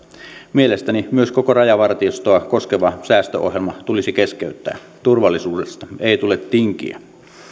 mielestäni myös koko rajavartiostoa koskeva säästöohjelma tulisi keskeyttää turvallisuudesta ei tule tinkiä